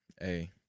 Hey